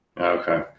Okay